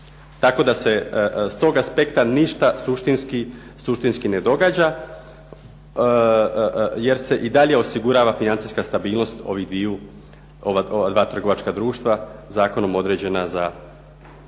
Tako da se s tog aspekta ništa suštinski ne događa jer se i dalje osigurava financijska stabilnost ova 2 trgovačka društva zakonom određena za